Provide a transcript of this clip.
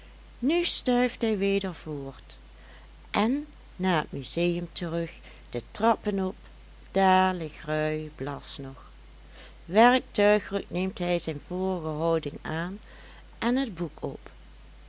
nu stuift hij weder voort en naar het museum terug de trappen op daar ligt ruy blas nog werktuigelijk neemt hij zijn vorige houding aan en het boek op